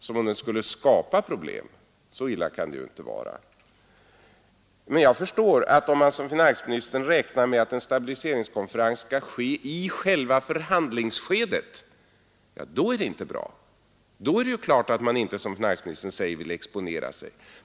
Som om den skulle skapa problem. Så illa kan det ju inte vara. Om man som finansministern räknar med att en stabiliseringskonferens skall äga rum i själva förhandlingsskedet är det inte bra — då är det klart att man inte, som finansministern säger, vill exponera sig.